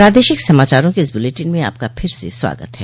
प्रादेशिक समाचारों के इस बुलेटिन में आपका फिर से स्वागत है